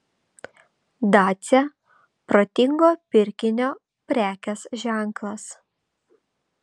dacia protingo pirkinio prekės ženklas